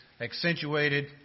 accentuated